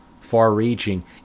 far-reaching